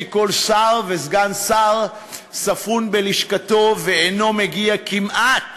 כי כל שר וסגן שר ספון בלשכתו ואינו מגיע כמעט